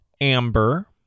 amber